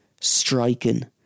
striking